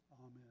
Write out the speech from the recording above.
amen